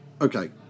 Okay